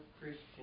Christian